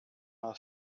haar